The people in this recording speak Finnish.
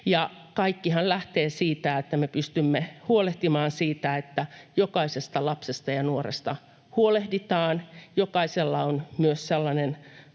Kaikkihan lähtee siitä, että me pystymme huolehtimaan siitä, että jokaisesta lapsesta ja nuoresta huolehditaan, jokaisella on myös sellainen